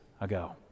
ago